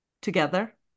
together